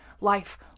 life